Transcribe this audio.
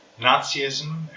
Nazism